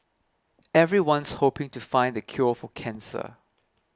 everyone's hoping to find the cure for cancer